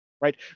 right